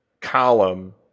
column